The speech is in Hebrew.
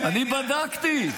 אני לא מדבר איתך.